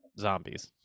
zombies